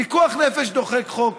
פיקוח נפש דוחה חוק.